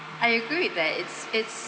I agree if there is it's